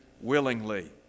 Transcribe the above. willingly